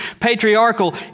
patriarchal